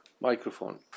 Microphone